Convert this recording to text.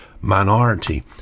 minority